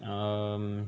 um